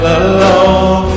alone